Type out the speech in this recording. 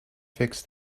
fix